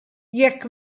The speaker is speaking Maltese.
jekk